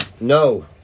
no